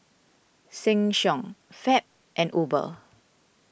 Sheng Siong Fab and Uber